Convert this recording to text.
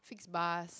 fix bus